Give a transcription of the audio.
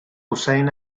hussein